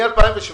מ-2017,